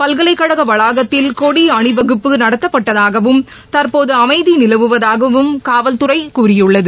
பல்கலைக்கழக வளாகத்தில் கொடி அணிவகுப்பு நடத்தப்பட்டதாகவும் தற்போது அமைதி நிலவுவதாகவும் காவல்துறை கூறியுள்ளது